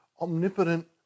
omnipotent